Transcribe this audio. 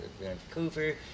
Vancouver